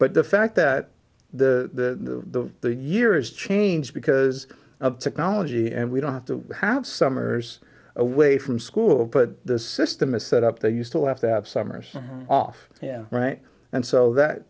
but the fact that the the year is changed because of technology and we don't have to have summers away from school but the system is set up they used to laugh that summers off yeah right and so that